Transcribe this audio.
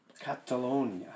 Catalonia